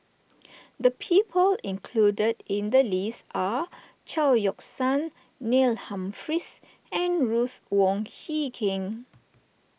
the people included in the list are Chao Yoke San Neil Humphreys and Ruth Wong Hie King